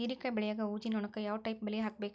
ಹೇರಿಕಾಯಿ ಬೆಳಿಯಾಗ ಊಜಿ ನೋಣಕ್ಕ ಯಾವ ಟೈಪ್ ಬಲಿ ಹಾಕಬೇಕ್ರಿ?